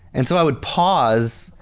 and so, i would pause,